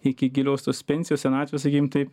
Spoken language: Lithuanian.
iki gilios tos pensijos senatvės sakykim taip